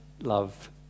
love